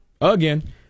again